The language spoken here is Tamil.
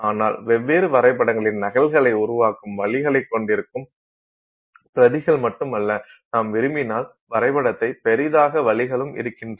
ஆனால் வெவ்வேறு வரைபடங்களின் நகல்களை உருவாக்கும் வழிகளைக் கொண்டிருக்கும் பிரதிகள் மட்டுமல்ல நாம் விரும்பினால் வரைபடத்தை பெரிதாக்க வழிகளும் இருக்கின்றன